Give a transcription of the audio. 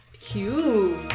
Cute